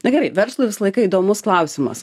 na gerai verslui visą laiką įdomus klausimas